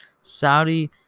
Saudi